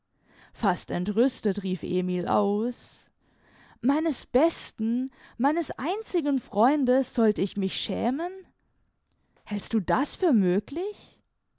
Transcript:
fast entrüstet rief emil aus meines besten meines einzigen freundes sollt ich mich schämen hältst du das für möglich